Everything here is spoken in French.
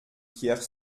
pierre